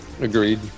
agreed